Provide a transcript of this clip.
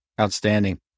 Outstanding